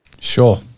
Sure